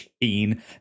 machine